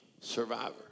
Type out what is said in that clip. survivor